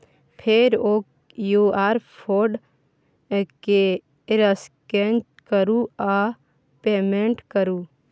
फेर ओ QR code केँ स्कैन करु आ पेमेंट करु